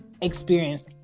experience